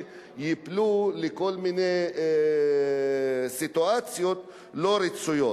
ייפלו לכל מיני סיטואציות לא רצויות.